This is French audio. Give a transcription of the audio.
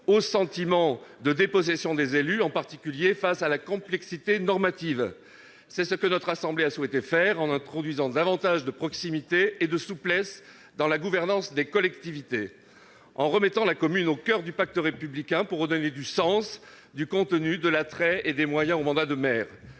au sentiment de dépossession des élus, en particulier face à la complexité normative. C'est ce que notre Assemblée a souhaité faire en introduisant davantage de proximité et de souplesse dans la gouvernance des collectivités, et en remettant la commune au coeur du pacte républicain pour redonner du sens, du contenu, de l'attrait et des moyens au mandat de maire.